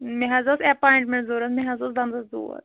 مےٚ حظ ٲس ایپوایِنٹمینٛٹ ضروٗرت مےٚ حظ اوس دنٛدس دود